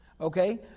okay